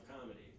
comedy